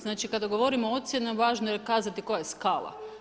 Znači kada govorimo o ocjeni, važno je kazati koja je skala.